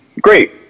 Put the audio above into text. great